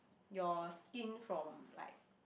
your skin from like